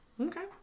Okay